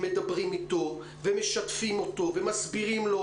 מדברים איתו ומשתפים אותו ומסבירים לו,